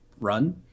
run